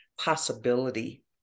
possibility